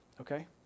okay